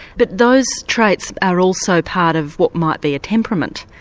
but those traits are also part of what might be a temperament.